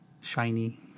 shiny